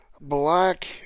black